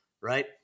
right